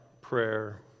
prayer